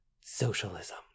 socialism